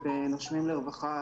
ב"נושמים לרווחה",